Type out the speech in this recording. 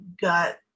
gut